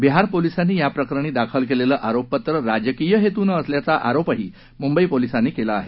बिहार पोलिसांनी याप्रकरणी दाखल केलेलं आरोपपत्र राजकीय हेतुनं असल्याचा आरोपही मुंबई पोलिसांनी केला आहे